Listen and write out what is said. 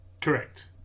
Correct